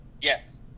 Yes